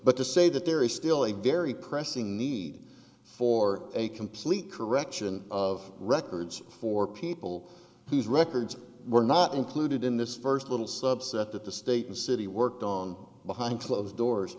but to say that there is still a very pressing need for a complete correction of records for people whose records were not included in this first little subset that the state and city worked on behind closed doors